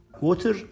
Water